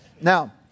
Now